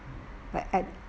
like at